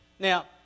Now